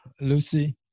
Lucy